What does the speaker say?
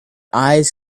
eyes